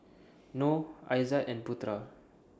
Nor Aizat and Putera